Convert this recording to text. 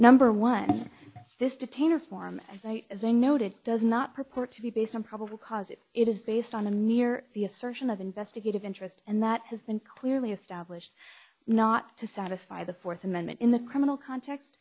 number one this detain or form as a as a note it does not purport to be based on probable cause it is based on a near the assertion of investigative interest and that has been clearly established not to satisfy the fourth amendment in the criminal cont